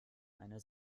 eine